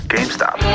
GameStop